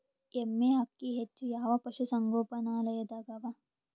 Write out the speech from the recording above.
ಎಮ್ಮೆ ಅಕ್ಕಿ ಹೆಚ್ಚು ಯಾವ ಪಶುಸಂಗೋಪನಾಲಯದಾಗ ಅವಾ?